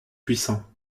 puissant